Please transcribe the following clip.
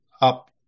up